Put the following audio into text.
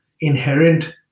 inherent